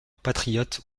patriote